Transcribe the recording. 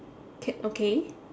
cat okay